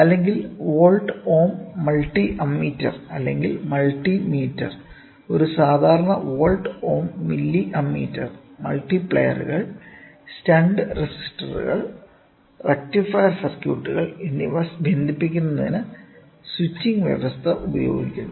അടുത്തത് volt ohm multi ammeter അല്ലെങ്കിൽ multi meter ഒരു സാധാരണ വോൾട്ട് ഓം മില്ലി അമ്മീറ്റർ മൾട്ടിപ്ലയറുകൾ സ്റ്റണ്ട് റെസിസ്റ്ററുകൾ റക്റ്റിഫയർ സർക്യൂട്ടുകൾ എന്നിവ ബന്ധിപ്പിക്കുന്നതിന് സ്വിച്ചിംഗ് വ്യവസ്ഥ ഉപയോഗിക്കുന്നു